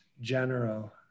general